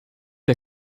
der